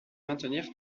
maintenir